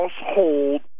Household